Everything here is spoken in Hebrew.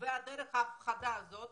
ודרך ההפחדה הזאת,